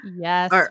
Yes